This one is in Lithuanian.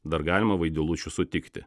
dar galima vaidilučių sutikti